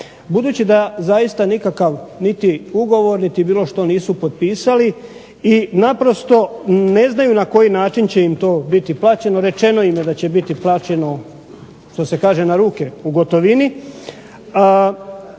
budući da zaista nikakav niti ugovor niti bilo što nisu potpisali i naprosto ne znaju na koji način će im to biti plaćeno, rečeno im je da će biti plaćeno što se kaže na ruke, u gotovini,